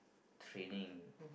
training